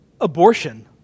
abortion